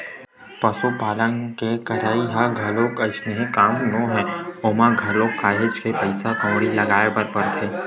पसुपालन के करई ह घलोक अइसने काम नोहय ओमा घलोक काहेच के पइसा कउड़ी लगाय बर परथे